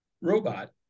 robot